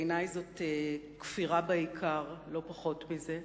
בעיני זאת כפירה בעיקר, לא פחות מזה,